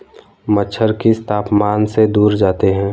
मच्छर किस तापमान से दूर जाते हैं?